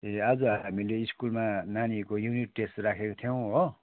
ए आज हामीले स्कुलमा नानीहरूको युनिट टेस्ट राखेको थियौँ हो